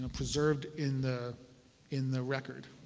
ah preserved in the in the record.